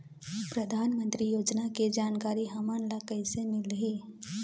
परधानमंतरी योजना के जानकारी हमन ल कइसे मिलही?